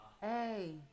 Hey